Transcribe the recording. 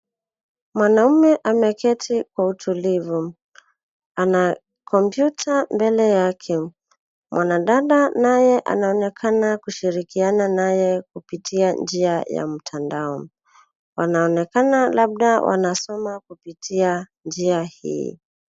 Mwanaume ameketi kwa utulivu. Ana kompyuta mbele yake. Mwanadada naye anaonekana kushirikiana naye kupitia njia ya mtandao. Wanaonekana labda wanasoma kupitia njia hii.